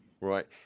Right